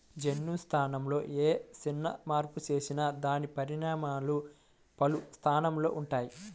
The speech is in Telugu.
జన్యు స్థాయిలో ఏ చిన్న మార్పు చేసినా దాని పరిణామాలు పలు స్థాయిలలో ఉంటాయి